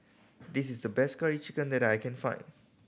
this is the best Curry Chicken that I can find